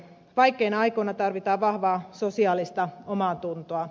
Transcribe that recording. vaikeina aikoina tarvitaan vahvaa sosiaalista omaatuntoa